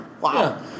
wow